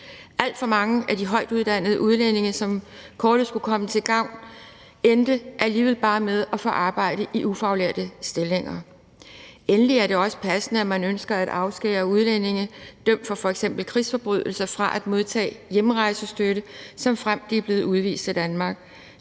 Alt for mange af de højtuddannede udlændinge, som kortet skulle komme til gavn, endte alligevel bare med at få arbejde i ufaglærte stillinger. Endelig er det også passende, at man ønsker at afskære udlændinge dømt for f.eks. krigsforbrydelser fra at modtage hjemrejsestøtte, såfremt de er blevet udvist af Danmark.